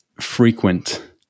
frequent